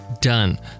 done